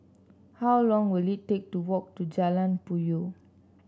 how long will it take to walk to Jalan Puyoh